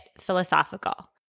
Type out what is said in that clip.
philosophical